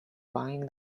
buying